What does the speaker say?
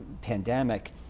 pandemic